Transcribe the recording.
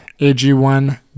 AG1